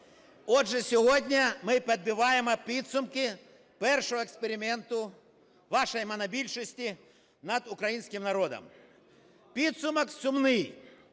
Отже, сьогодні ми підбиваємо підсумки першого експерименту вашої монобільшості над українським народом. Підсумок сумний.